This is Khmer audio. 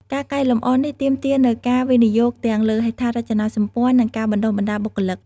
ការកែលម្អនេះទាមទារនូវការវិនិយោគទាំងលើហេដ្ឋារចនាសម្ព័ន្ធនិងការបណ្តុះបណ្តាលបុគ្គលិក។